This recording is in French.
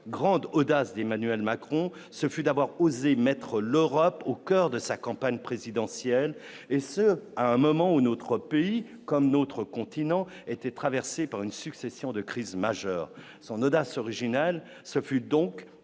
grande audace d'Emmanuel Macron, ce fut d'avoir osé mettre l'horreur au coeur de sa campagne présidentielle et ce à un moment où notre pays comme notre continent était traversé par une succession de crises majeures, son audace original, ce fut donc